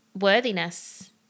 worthiness